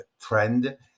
trend